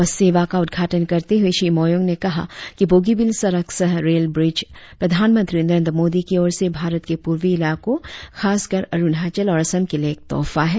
बस सेवा का उदघाटन करते हुए श्री मोयोंग ने कहा कि बोगीबिल सड़क सह रेल ब्रीज प्रधानमंत्री नरेंद्र मोदी की और से भारत के पूर्वी इलाको खासकर अरुणाचल और असम के लिए एक तोहफा है